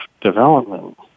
development